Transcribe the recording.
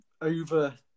over